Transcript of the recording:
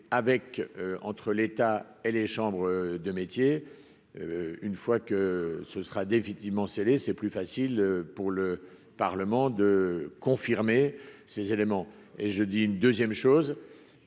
avec entre l'État et les chambres de métiers, une fois que ce sera définitivement scellé, c'est plus facile pour le Parlement de confirmer ces éléments et je dis une 2ème chose,